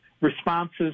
responses